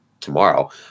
tomorrow